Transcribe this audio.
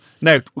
Now